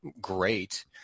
great